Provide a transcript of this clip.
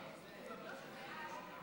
נא להצביע.